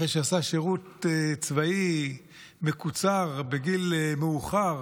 אחרי שעשה שירות צבאי מקוצר בגיל מאוחר,